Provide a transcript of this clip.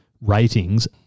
ratings